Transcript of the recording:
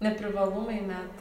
ne privalumai net